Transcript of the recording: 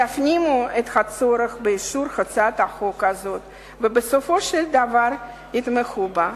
יפנימו את הצורך באישור הצעת החוק הזאת ובסופו של דבר יתמכו בה.